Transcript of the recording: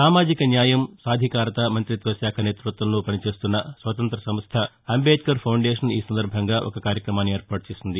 సామాజిక న్యాయం సాధికారత మంతిత్వశాఖ నేతృత్వంలో పనిచేస్తున్న స్వతంత్ర సంస్థ అంబేద్కర్ ఫౌండేషన్ ఈ సందర్భంగా ఒక కార్యక్రమాన్ని ఏర్పాటు చేసింది